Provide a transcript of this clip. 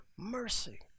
mercy